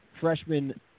freshman